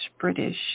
British